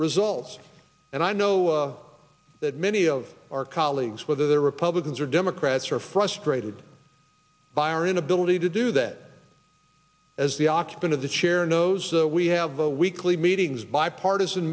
results and i know that many of our colleagues whether they're republicans or democrats are frustrated by our inability to do that as the occupant of the chair knows so we have the weekly meetings bipartis